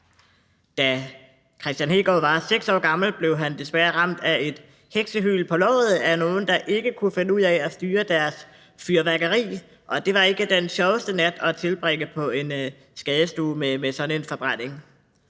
Da Kristian Hegaard var 6 år gammel, blev han desværre ramt af et heksehyl på låret, fordi der var nogle, der ikke kunne finde ud af at styre deres fyrværkeri. Det var ikke den sjoveste nat at tilbringe på en skadestue med sådan en forbrænding.